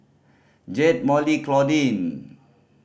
Jayde Molly Claudine